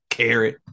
Carrot